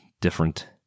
different